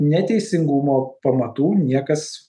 neteisingumo pamatų niekas